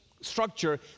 structure